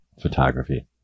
photography